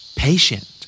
patient